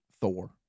Thor